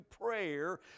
prayer